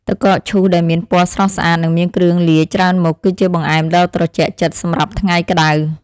ទឹកកកឈូសដែលមានពណ៌ស្រស់ស្អាតនិងមានគ្រឿងលាយច្រើនមុខគឺជាបង្អែមដ៏ត្រជាក់ចិត្តសម្រាប់ថ្ងៃក្តៅ។